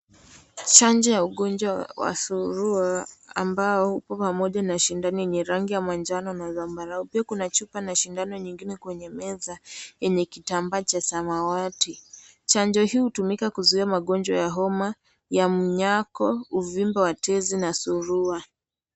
Chanjo ya ugonjwa wa surua ambayo iko pamoja na sindano yenye rangi ya manjano na zambarau. Pia kuna chupa na sindano nyingine kwenye meza yenye kitambaa cha samawati. Chanjo hii hutumika kuzuia magonjwa ya homa ya mnyako, uvimbe wa tizi na surua.